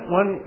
one